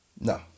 no